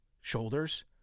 shoulders